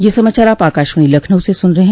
ब्रे क यह समाचार आप आकाशवाणी लखनऊ से सुन रहे हैं